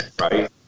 right